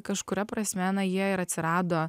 kažkuria prasme na jie ir atsirado